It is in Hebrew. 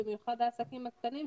במיוחד העסקים הקטנים,